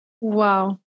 Wow